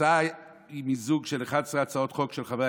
ההצעה היא מיזוג של 11 הצעות חוק של חברי